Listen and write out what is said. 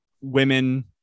women